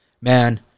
man